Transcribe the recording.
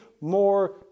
more